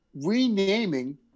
Renaming